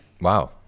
Wow